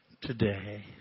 today